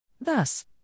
Thus